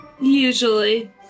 Usually